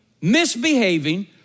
misbehaving